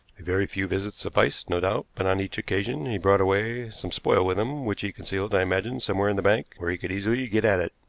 a very few visits sufficed, no doubt but on each occasion he brought away some spoil with him, which he concealed, i imagine, somewhere in the bank, where he could easily get at it.